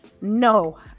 No